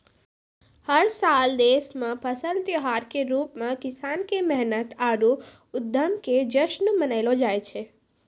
हर साल देश मॅ फसल त्योहार के रूप मॅ किसान के मेहनत आरो उद्यम के जश्न मनैलो जाय छै